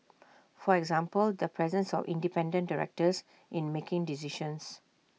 for example the presence of independent directors in making decisions